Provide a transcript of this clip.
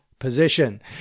Position